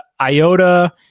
IOTA